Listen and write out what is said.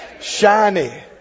Shiny